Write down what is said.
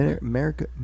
America